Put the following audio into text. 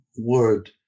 word